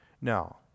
Now